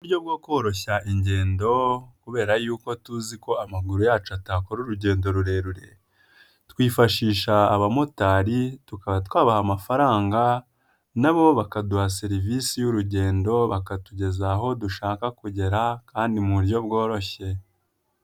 Uburyo bwo koroshya ingendo kubera y'uko tuzi ko amaguru yacu atakora urugendo rurerure twifashisha abamotari tukaba twabaha amafaranga nabo bakaduha serivisi y'urugendo bakatugeza aho dushaka kugera kandi mu buryo bworoshye.